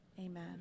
Amen